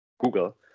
Google